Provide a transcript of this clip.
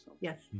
Yes